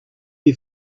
you